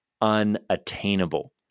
unattainable